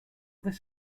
this